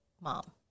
mom